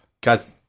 Guys